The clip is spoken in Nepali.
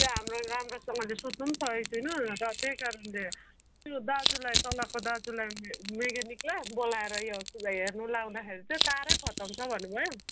त्यो हाम्रो राम्रोसँगले सुत्नु पनि सकेको छुइनँ र त्यही कारणले त्यो दाजुलाई तलको दाजुलाई मे म्याकेनिकलाई बोलाएर यो हेर्नु लगाउँदाखेरि त्यो तारै खत्तम छ भन्नुभयो